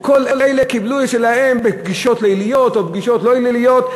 כל אלה קיבלו את שלהם בפגישות ליליות או בפגישות לא ליליות,